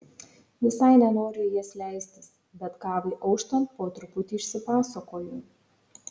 visai nenoriu į jas leistis bet kavai auštant po truputį išsipasakoju